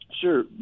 Sure